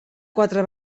quatre